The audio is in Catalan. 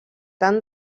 tant